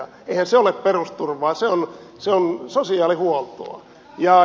eihän se ole perusturvaa se on sosiaalihuoltoa